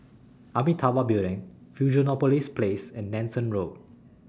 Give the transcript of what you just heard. Amitabha Building Fusionopolis Place and Nanson Road